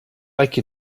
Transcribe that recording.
like